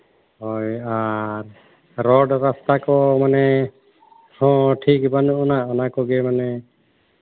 ᱦᱳᱭ ᱟᱨ ᱨᱳᱰ ᱨᱟᱥᱛᱟ ᱠᱚ ᱢᱟᱱᱮ ᱦᱚᱸ ᱴᱷᱤᱠ ᱵᱟᱱᱩᱜ ᱟᱱᱟ ᱚᱱᱟ ᱠᱚᱜᱮ ᱢᱟᱱᱮ